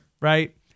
Right